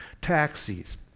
taxis